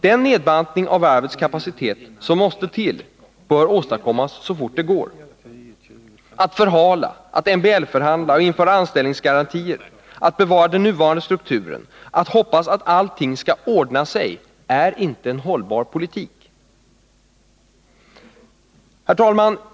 Den nedbantning av varvets kapacitet som måste till bör åstadkommas så fort det går. Att förhala, att MBL-förhandla och införa anställningsgarantier, att bevara den nuvarande strukturen, att hoppas att allting skall ordna sig är inte en hållbar politik. 3 Herr talman!